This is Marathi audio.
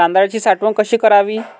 तांदळाची साठवण कशी करावी?